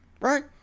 Right